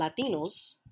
Latinos